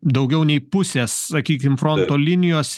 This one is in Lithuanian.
daugiau nei pusės sakykim fronto linijos